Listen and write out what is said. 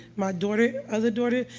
my daughter other daughter,